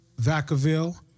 Vacaville